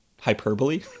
hyperbole